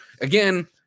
again